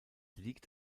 liegt